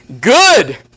good